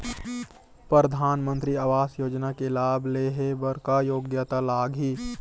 परधानमंतरी आवास योजना के लाभ ले हे बर का योग्यता लाग ही?